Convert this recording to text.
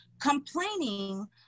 complaining